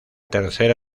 tercera